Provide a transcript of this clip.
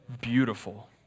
beautiful